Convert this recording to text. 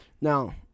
Now